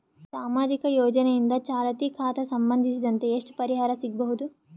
ಸಾಮಾಜಿಕ ಯೋಜನೆಯಿಂದ ಚಾಲತಿ ಖಾತಾ ಸಂಬಂಧಿಸಿದಂತೆ ಎಷ್ಟು ಪರಿಹಾರ ಸಿಗಬಹುದು?